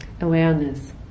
awareness